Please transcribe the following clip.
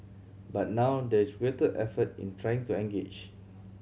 but now there is greater effort in trying to engage